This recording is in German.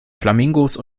flamingos